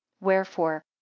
Wherefore